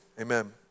amen